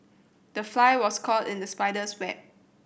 the fly was caught in the spider's web